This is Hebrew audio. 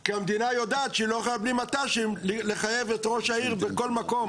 כי המדינה יודעת שהיא לא יכולה בלי מת"שים לחייב את ראש העיר בכל מקום.